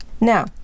Now